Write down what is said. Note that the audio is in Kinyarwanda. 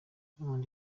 diamond